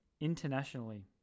internationally